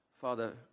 Father